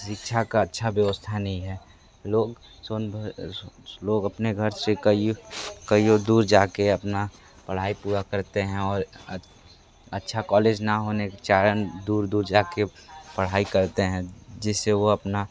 शिक्षा का अच्छा व्यवस्था नहीं है लोग सोनभन लोग अपने घर से कइ कइ दूर जा कर अपनी पढ़ाई पूरी करते हैं और अच्छ अच्छा कॉलेज ना होने के कारण दूर दूर जा कर पढ़ाई करते हैं जिस से वो अपना